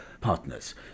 partners